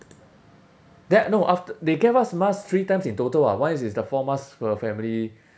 then no after they gave us mask three times in total [what] one is the fours mask per family